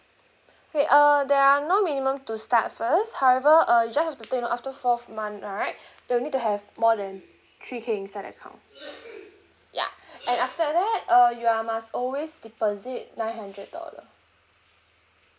okay err there are no minimum to start first however uh you just have to take note after fourth month right you'll need to have more than three K inside the account ya and after that uh you are must always deposit nine hundred dollar